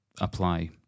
apply